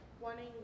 Wanting